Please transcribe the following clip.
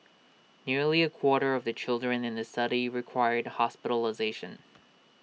nearly A quarter of the children in the study required hospitalisation